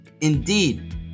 Indeed